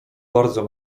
bardzo